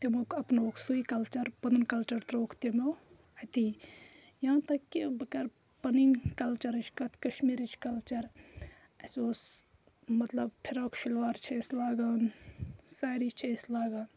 تِمو اَپنووُکھ سُے کَلچَر پَنُن کَلچَر ترٛٲوُکھ تِمو أتی یا تاک کہِ بہٕ کَرٕ پَنٕنۍ کَلچَرٕچ کَتھ کَشمیٖرٕچ کَلچَر اَسہِ اوس مطلب فِراک شِلوار چھِ أسۍ لاگان سٲری چھِ أسۍ لاگان